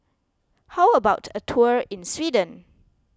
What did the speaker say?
how about a tour in Sweden